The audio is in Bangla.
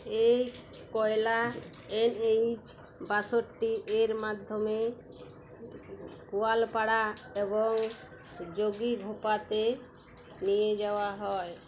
এই কয়লা এনএইচ বাষট্টি এর মাধ্যমে গোয়ালপাড়া এবং জোগিঘোপাতে নিয়ে যাওয়া হয়